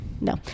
No